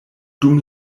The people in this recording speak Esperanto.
dum